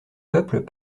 peuples